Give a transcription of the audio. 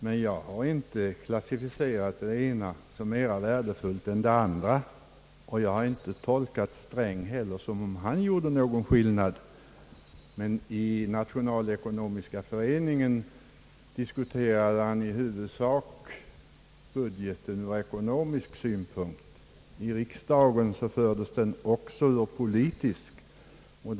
Jag har dock inte klassificerat den ena som mera värdefull än den andra, och jag har inte heller tolkat herr Sträng som om denne gjorde någon skillnad på denna punkt. I Nationalekonomiska föreningen «diskuterade herr Sträng emellertid budgeten i huvudsak från ekonomisk synpunkt, medan debatten i riksdagen också fördes från politiska synpunkter.